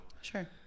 Sure